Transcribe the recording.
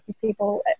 people